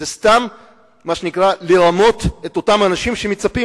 זה סתם מה שנקרא לרמות את האנשים שמצפים